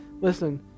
listen